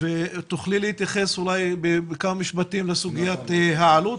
תוכלי להתייחס בכמה משפטים לסוגיית העלות?